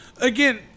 again